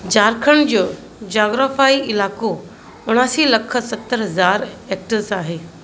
झारखंड जो जोगराफ़ाई इलाइक़ो उणासीं लख सतरि हज़ार हेक्टेयर्स आहे